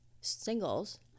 singles